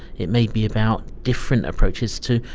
it may be about different approaches to,